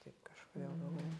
taip kažkodėl galvoju